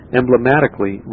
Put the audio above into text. emblematically